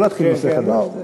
לא להתחיל נושא חדש.